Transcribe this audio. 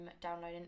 downloading